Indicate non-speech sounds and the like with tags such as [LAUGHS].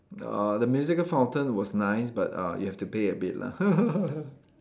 uh the musical fountain was nice but uh you have to pay a bit lah [LAUGHS]